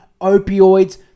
opioids